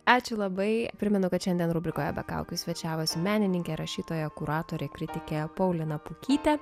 ačiū labai primenu kad šiandien rubrikoje be kaukių svečiavosi menininkė rašytoja kuratorė kritikė paulina pukytė